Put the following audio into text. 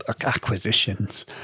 acquisitions